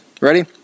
Ready